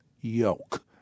Yoke